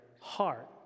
heart